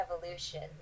revolution